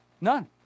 None